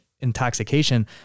intoxication